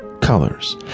Colors